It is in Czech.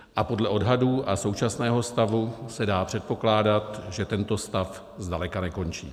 A podle odhadů a současného stavu se dá předpokládat, že tento stav zdaleka nekončí.